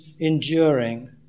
enduring